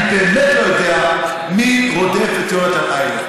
אני באמת לא יודע מי רודף את יונתן היילו.